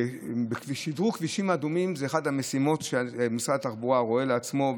שדרוג כבישים אדומים זה אחת המשימות שמשרד התחבורה רואה לעצמו,